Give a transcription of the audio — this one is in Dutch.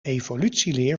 evolutieleer